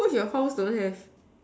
what if your house don't have